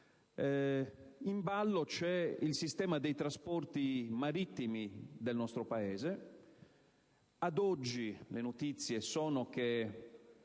in ballo c'è il sistema dei trasporti marittimi del nostro Paese. Ad oggi le notizie sono che